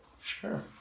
Sure